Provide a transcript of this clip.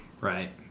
right